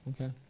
Okay